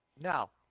Now